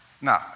Now